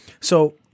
So-